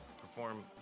perform